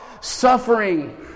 Suffering